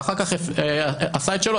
ואחר כך זה עשה את שלו,